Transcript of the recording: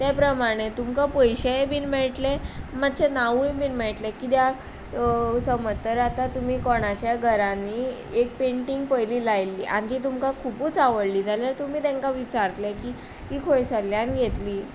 ते प्रमाणे तुमकां पयशे बी मेळटले मातशें नांवय बी मेळटलें किद्याक समज जर आतां तुमी कोणाचेय घरांनी एक पेंटींग पयली लायल्ली आनी तुमकां खूबच आवडली जाल्यार तुमी तेंका विचारतले की ही खंयसरल्यान घेतली